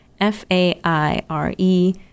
F-A-I-R-E